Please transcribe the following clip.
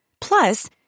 Plus